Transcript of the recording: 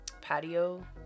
patio